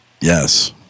Yes